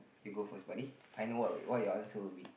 you go first buddy I know what what your answer would be